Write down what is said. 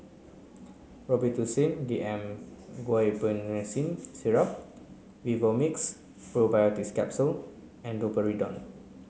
Robitussin D M Guaiphenesin Syrup Vivomixx Probiotics Capsule and Domperidone